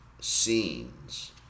scenes